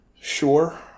sure